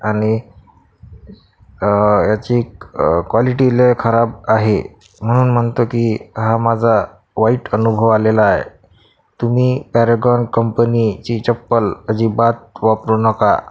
आणि याची क्वालिटी लय खराब आहे म्हणून म्हणतो की हा माझा वाईट अनुभव आलेला आहे तुम्ही पॅरेगॉन कंपनीची चप्पल अजिबात वापरू नका